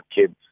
kids